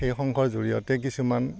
সেই সংঘৰ জৰিয়তে কিছুমান